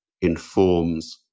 informs